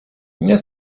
nie